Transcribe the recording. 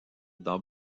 dans